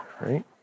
right